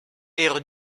ero